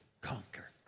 conquer